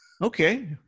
okay